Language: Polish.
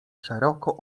szeroko